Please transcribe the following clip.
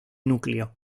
núcleo